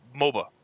MOBA